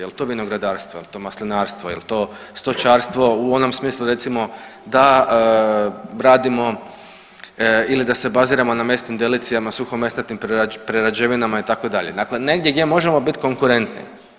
Jel to vinogradarstvo, jel to maslinarstvo, jel to stočarstvo u onom smislu recimo da radimo ili da se baziramo na mesnim delicijama, suhomesnatim prerađevinama itd., onako negdje gdje možemo biti konkurentni.